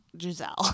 Giselle